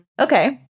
Okay